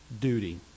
duty